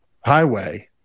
highway